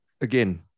again